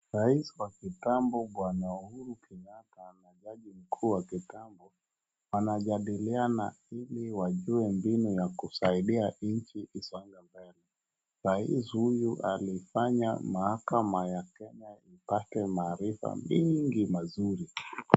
Rais wa kitambo Bwana Uhuru Kenyatta na jaji mkuu wa kitambo. Wanajadiliana ili wajuwe mbinu ya kusaidia nchi isonge mbele. Rais huyu alifanya mahakama ya Kenya ipate maarifa mingi mazuri.